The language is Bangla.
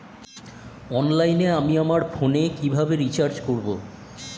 অনলাইনে আমি আমার ফোনে রিচার্জ কিভাবে করব?